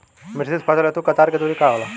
मिश्रित फसल हेतु कतार के दूरी का होला?